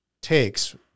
takes